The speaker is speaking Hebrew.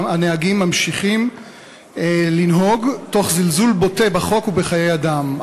הנהגים ממשיכים לנהוג תוך זלזול בוטה בחוק ובחיי אדם.